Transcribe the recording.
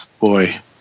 boy